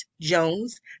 Jones